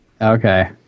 Okay